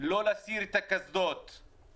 בעבר לא להסיר את חובת חבישת הקסדות מההורים.